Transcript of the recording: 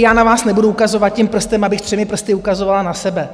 Já na vás nebudu ukazovat tím prstem, abych třemi prsty ukazovala na sebe.